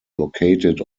located